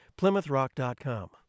PlymouthRock.com